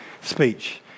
speech